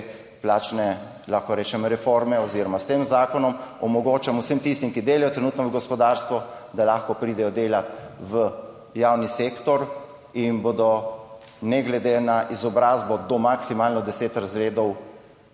plačne, lahko rečem reforme oziroma s tem zakonom omogočamo vsem tistim, ki delajo trenutno v gospodarstvu, da lahko pridejo delat v javni sektor in bodo ne glede na izobrazbo do maksimalno deset razredov